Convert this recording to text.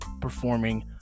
performing